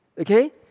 okay